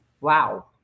Wow